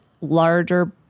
larger